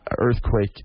earthquake